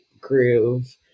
groove